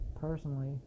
personally